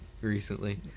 recently